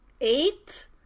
Eight